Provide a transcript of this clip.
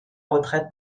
retraite